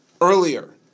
earlier